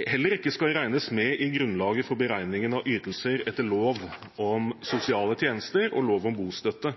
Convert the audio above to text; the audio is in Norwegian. heller ikke skal regnes med i grunnlaget for beregningen av ytelser etter lov om sosiale tjenester og lov om bostøtte.